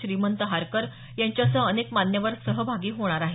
श्रीमंत हारकर यांच्यासह अनेक मान्यवर सहभागी होणार आहेत